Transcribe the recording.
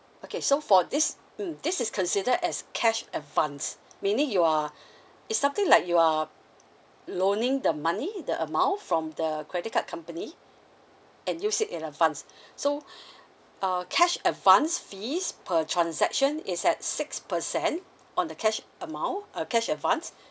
okay so for this mm this is considered as cash advance meaning you're it's something like you are loaning the money the amount from the credit card company and use it in advance so uh cash advance fees per transaction is at six percent on the cash amount uh cash advance